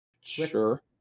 Sure